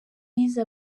yize